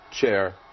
chair